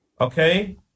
Okay